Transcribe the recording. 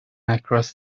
across